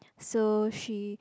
so she